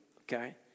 okay